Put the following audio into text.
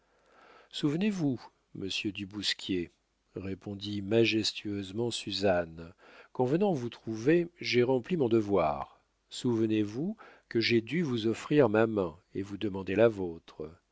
souvenez-vous monsieur du bousquier répondit majestueusement suzanne qu'en venant vous trouver j'ai rempli mon devoir souvenez-vous que j'ai dû vous offrir ma main et vous demander la vôtre